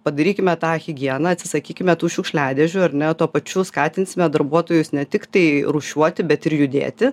padarykime tą higieną atsisakykime tų šiukšliadėžių ar ne tuo pačiu skatinsime darbuotojus ne tiktai rūšiuoti bet ir judėti